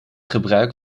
gebruik